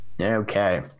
Okay